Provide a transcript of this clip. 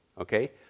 okay